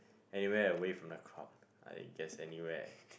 anywhere away from the crowd I guess anywhere